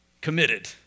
committed